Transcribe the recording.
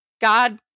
God